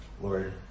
Lord